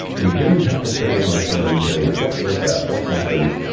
we didn't have to spend a lot of time saying what was that what happened?